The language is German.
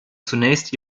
zunächst